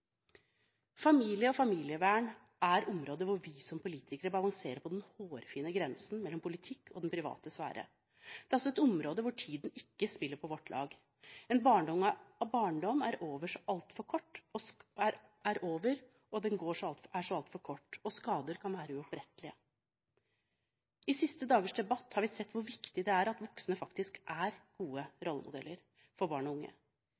Familie og familievern er områder hvor vi som politikere balanserer på den hårfine grensen mellom politikk og den private sfære. Det er også et område hvor tiden ikke spiller på vårt lag. En barndom er over så altfor fort, og skader kan være uopprettelige. De siste dagers debatt har vist hvor viktig det er at voksne faktisk er gode rollemodeller for barn og unge.